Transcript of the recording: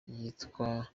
yitwa